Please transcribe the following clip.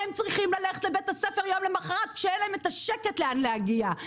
הם צריכים ללכת לבית הספר יום למחרת שאין להם את השקט לאן להגיע,